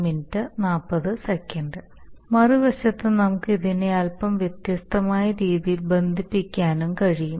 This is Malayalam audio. മറുവശത്ത് നമുക്ക് ഇതിനെ അല്പം വ്യത്യസ്തമായ രീതിയിൽ ബന്ധിപ്പിക്കാനും കഴിയും